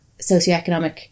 socioeconomic